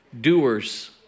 doers